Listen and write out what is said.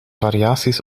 variaties